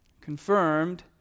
confirmed